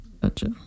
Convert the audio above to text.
Gotcha